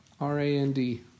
R-A-N-D